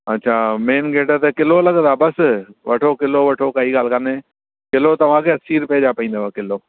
अच्छा main gate ते kilo लॻदा बसि वठो किलो वठो काई ॻाल्हि कोन्हे किलो तव्हांखे असी रुपए जा पवंदव किलो